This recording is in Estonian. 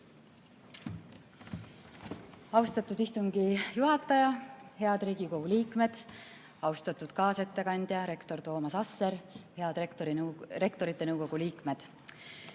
Austatud istungi juhataja! Head Riigikogu liikmed! Austatud kaasettekandja rektor Toomas Asser ja Rektorite Nõukogu liikmed!